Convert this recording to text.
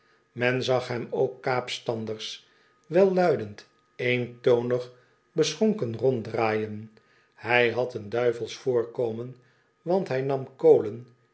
men zag hem ook kaapstanders welluidend eentonig beschonken ronddraaien hij had een duivels voorkomen want hij nam kolen